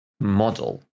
model